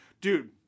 Dude